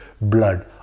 blood